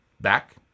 Back